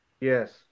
Yes